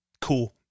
Cool